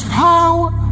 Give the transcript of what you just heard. power